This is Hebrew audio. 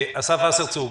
אסף וסרצוג,